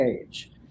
age